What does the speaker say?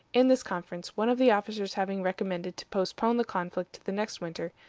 in this conference, one of the officers having recommended to postpone the conflict to the next winter,